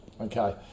okay